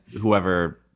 whoever